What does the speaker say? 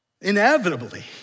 Inevitably